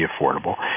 affordable